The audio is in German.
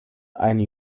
eine